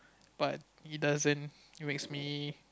but it doesn't makes me